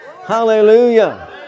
Hallelujah